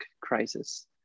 crisis